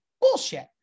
bullshit